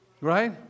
right